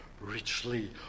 richly